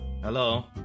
Hello